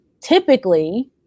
typically